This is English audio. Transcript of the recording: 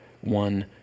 one